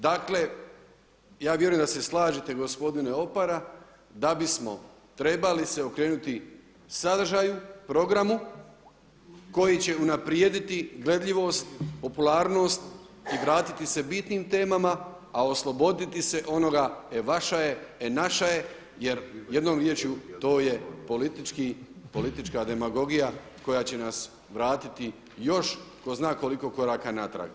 Dakle, ja vjerujem da se slažete gospodine Opara da bismo trebali se okrenuti sadržaju, programu koji će unaprijediti gledljivost, popularnost i vratiti se bitnim temama, a osloboditi se onoga e vaša je, e naša je, jer jednom riječju to je politička demagogija koja će nas vratiti još tko zna koliko koraka natrag.